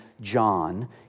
John